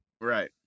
Right